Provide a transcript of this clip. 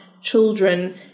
children